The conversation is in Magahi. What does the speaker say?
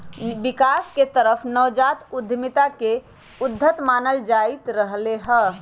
विकास के तरफ नवजात उद्यमिता के उद्यत मानल जाईंत रहले है